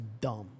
dumb